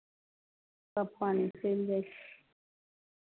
सभ पानी चलि जाइ छै